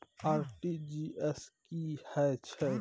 RTG S की है छै?